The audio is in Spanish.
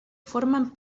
forman